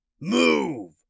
Move